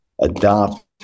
adopt